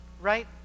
Right